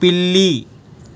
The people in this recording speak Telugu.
పిల్లి